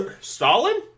Stalin